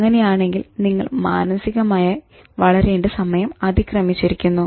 അങ്ങനെയാണെങ്കിൽ നിങ്ങൾ മാനസികമായി വളരേണ്ട സമയം അതിക്രമിച്ചിരിക്കുന്നു